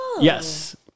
Yes